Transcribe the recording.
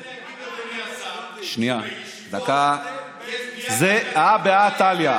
אדוני השר, בישיבות לא, דקה, זה הא בהא תליא.